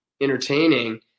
entertaining